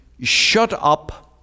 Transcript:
shut-up